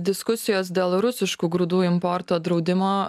diskusijos dėl rusiškų grūdų importo draudimo